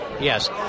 yes